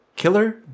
Killer